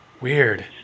Weird